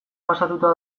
pasatuta